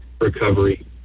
recovery